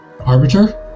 arbiter